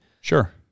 Sure